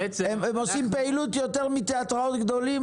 הם עושים פעילות יותר מתיאטראות גדולים,